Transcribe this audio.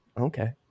okay